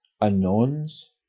unknowns